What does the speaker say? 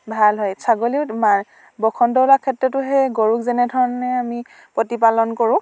ভাল হয় ছাগলীও তোমাৰ বসন্ত ওলোৱাৰ ক্ষেত্ৰতো সেই গৰুক যেনেধৰণে আমি প্ৰতিপালন কৰোঁ